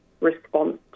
response